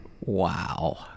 wow